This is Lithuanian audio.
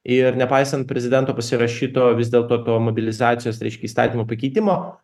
ir nepaisant prezidento pasirašyto vis dėlto to mobilizacijos reiškia įstatymo pakeitimo